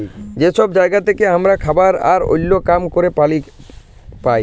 যে সব জায়গা থেক্যে হামরা খাবার আর ওল্য কাম ক্যরের পালি পাই